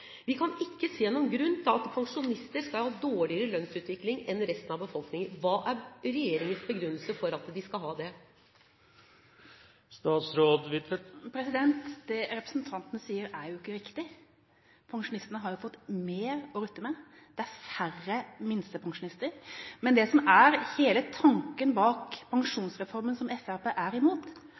Vi kan ikke se noen grunn til at pensjonister skal ha dårligere lønnsutvikling enn resten av befolkningen. Hva er regjeringens begrunnelse for at de skal ha det? Det representanten sier, er ikke riktig. Pensjonistene har jo fått mer å rutte med. Det er færre minstepensjonister. Men det som er hele tanken bak pensjonsreformen, som Fremskrittspartiet er imot,